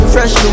Fresh